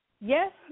yes